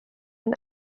den